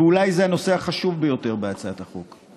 ואולי זה הנושא החשוב ביותר בהצעת החוק,